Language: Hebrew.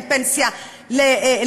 ואין פנסיה לשכירים